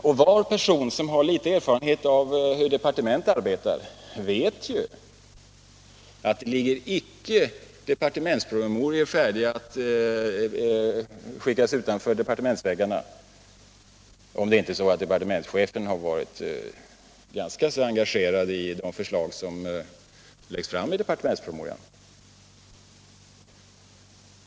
Och varje person som har någon erfarenhet av hur ett departement arbetar vet att det icke ligger departementspromemorior färdiga att skickas utanför departementsväggarna om det inte är så att departementschefen har varit ganska engagerad i de förslag som läggs fram i departementspromemoriorna.